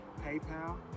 PayPal